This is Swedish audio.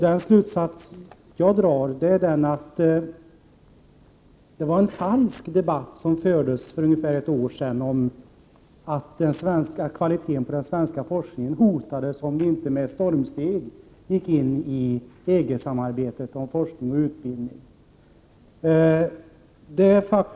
Den slutsats jag drar är att det fördes en falsk debatt för ett år sedan om att kvaliteten på svensk forskning hotades om vi inte med stormsteg gick in i EG-samarbetet om forskning och utbildning.